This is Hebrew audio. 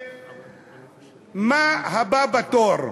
ומה הבא בתור?